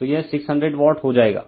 तो यह 600 वाट हो जाएगा